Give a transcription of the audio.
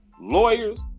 Lawyers